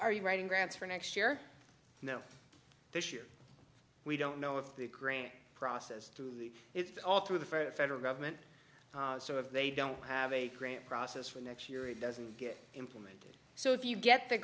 are you writing grants for next year now this year we don't know if the grant process through the it's all through the for the federal government so if they don't have a grant process for next year it doesn't get implemented so if you get the